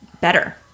better